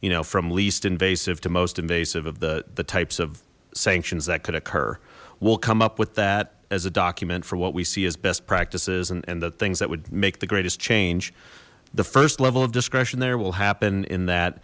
you know from least invasive to most invasive of the the types of sanctions that could occur we'll come up with that as a document for what we see as best practices and and the things that would make the greatest change the first level of discretion there will happen in that